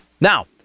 Now